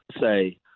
say